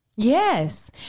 Yes